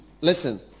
listen